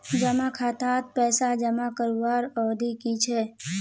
जमा खातात पैसा जमा करवार अवधि की छे?